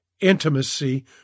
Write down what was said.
intimacy